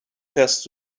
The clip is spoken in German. fährst